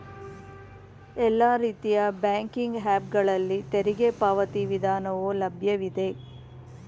ಎಲ್ಲಾ ರೀತಿಯ banking app ಗಳಲ್ಲಿ ತೆರಿಗೆ ಪಾವತಿ ವಿಧಾನವು ಲಭ್ಯವಿದೆ